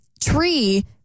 Tree